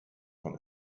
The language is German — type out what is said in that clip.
von